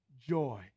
Joy